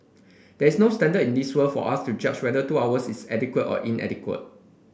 there is no standard in this world for us to judge whether two hours is adequate or inadequate